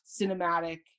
cinematic